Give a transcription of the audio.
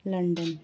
London